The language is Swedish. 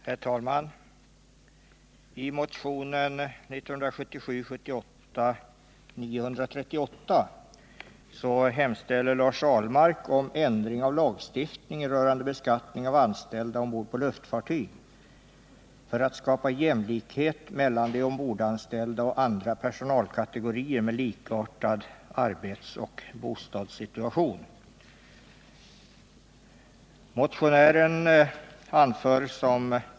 Herr talman! I motionen 1977/78:938 hemställer Lars Ahlmark om ändring av lagstiftningen rörande beskattning av anställda ombord på luftfartyg för att skapa jämlikhet mellan de ombordanställda och andra personalkategorier med likartad arbetsoch bostadssituation.